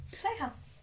Playhouse